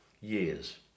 years